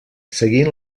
seguint